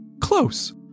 Close